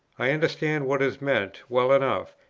i understand what is meant well enough,